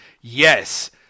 Yes